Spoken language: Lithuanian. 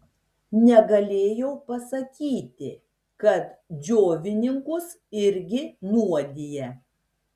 negalėjau pasakyti kad džiovininkus irgi nuodija